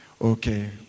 Okay